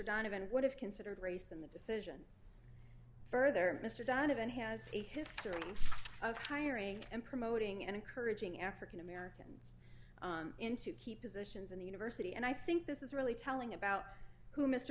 donovan would have considered race in the decision further mr donovan has a history of hiring and promoting and encouraging african americans in to keep positions in the university and i think this is really telling about who mr